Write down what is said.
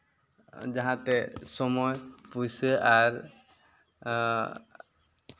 ᱡᱟᱦᱟᱸ ᱛᱮ ᱥᱚᱢᱚᱭ ᱯᱩᱭᱥᱟᱹ ᱟᱨ